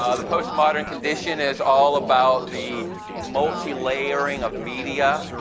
ah the post modern condition is all about the multilayering of media,